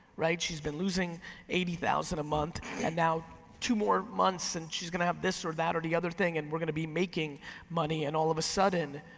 she's been losing eighty thousand a month and now two more months and she's gonna have this or that or the other thing and we're gonna be making money, and all of a sudden,